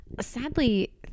sadly